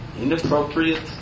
inappropriate